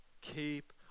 Keep